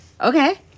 Okay